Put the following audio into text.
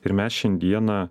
ir mes šiandieną